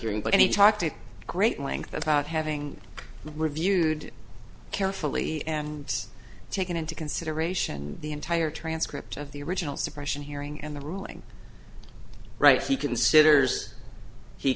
he talked at great length about having reviewed carefully and taken into consideration the entire transcript of the original suppression hearing and the ruling rights he considers he